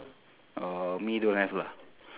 uh me don't have lah